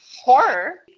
horror